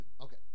okay